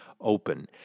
open